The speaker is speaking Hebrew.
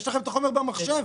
יש להם החומר במחשב.